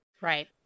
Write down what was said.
Right